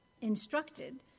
instructed